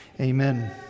Amen